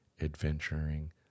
adventuring